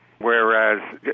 Whereas